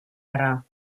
ära